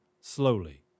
slowly